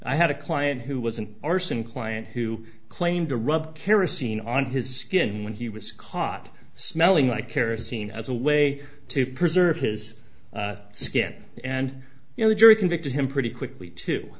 i had a client who was an arson client who claimed to rub kerosene on his skin when he was caught smelling like kerosene as a way to preserve his skin and you know the jury convicted him pretty quickly too